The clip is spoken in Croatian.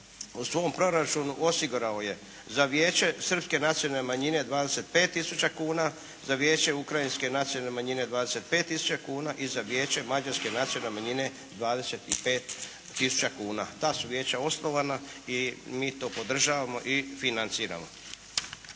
u svom proračunu osigurao je za Vijeće srpske nacionalne manjine 25 tisuća kuna. Za Vijeće ukrajinske nacionalne manjine 25 tisuća kuna. I za Vijeće mađarske nacionalne manjine 25 tisuća kuna. Ta su vijeća osnovana i mi to podržavamo i financiramo.